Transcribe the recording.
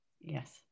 yes